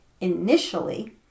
initially